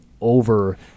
over